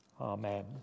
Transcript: Amen